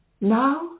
Now